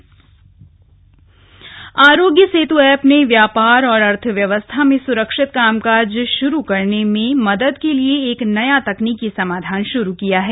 API सेवा Aarogya Setu app ने व्यापार और अर्थव्यवस्था में सुरक्षित कामकाज शुरू करने में मदद के लिए एक नया तकनीकी समाधान शुरू किया है